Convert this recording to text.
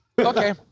okay